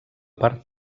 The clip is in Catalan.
part